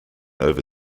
over